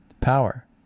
power